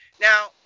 Now